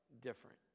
different